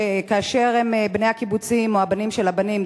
שכאשר בני הקיבוצים או הבנים של הבנים,